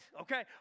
Okay